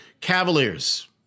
Cavaliers